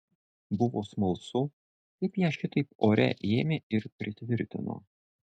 buvo smalsu kaip ją šitaip ore ėmė ir pritvirtino